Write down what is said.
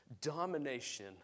domination